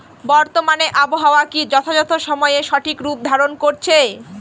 বর্তমানে আবহাওয়া কি যথাযথ সময়ে সঠিক রূপ ধারণ করছে?